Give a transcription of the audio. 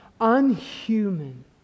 unhuman